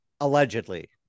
allegedly